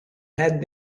had